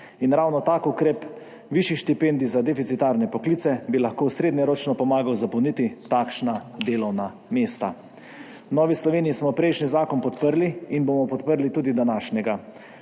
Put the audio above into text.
In ravno tak ukrep višjih štipendij za deficitarne poklice bi lahko srednjeročno pomagal zapolniti takšna delovna mesta. V Novi Sloveniji smo prejšnji zakon podprli in bomo podprli tudi današnjega.